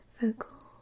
vocal